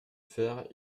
faire